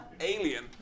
Alien